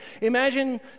imagine